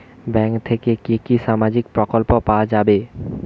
Bank থেকে কি কি সামাজিক প্রকল্প পাওয়া যাবে?